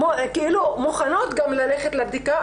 ומוכנות גם ללכת לבדיקה,